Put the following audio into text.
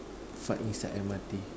fart inside M_R_T